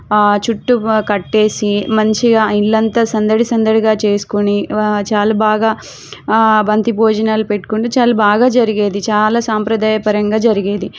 చుట్టు బాగా కట్టేసి మంచిగా ఇళ్ళంతా సందడి సందడిగా చేసుకుని చాలా బాగా బంతి భోజనాలు పెట్టుకుని చాలా బాగా జరిగేది చాలా సాంప్రదాయపరంగా జరిగేది